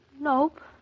Nope